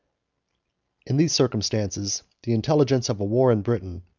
in these circumstances the intelligence of a war in britain,